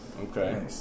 Okay